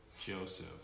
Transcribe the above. Joseph